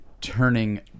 turning